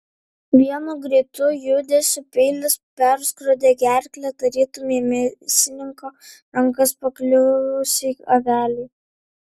vienu greitu judesiu peilis perskrodė gerklę tarytum į mėsininko rankas pakliuvusiai avelei